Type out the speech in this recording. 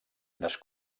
unes